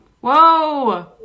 Whoa